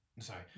Sorry